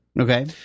Okay